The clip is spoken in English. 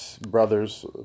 brothers